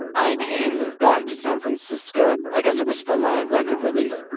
i came back to san francisco, ah i guess it was for my record release,